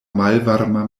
malvarma